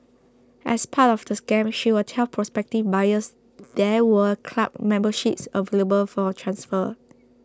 as part of the scam she would tell prospective buyers there were club memberships available for transfer